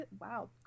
wow